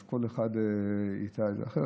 אז כל אחד היטה את זה אחרת.